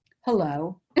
hello